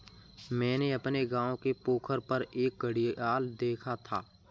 मैंने अपने गांव के पोखर पर एक घड़ियाल देखा था